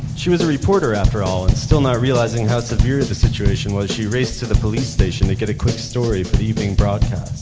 she was a reporter after all and still not realizing how severe the situation was, she raced to the police station to get a quick story for the evening broadcast.